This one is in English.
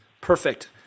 Perfect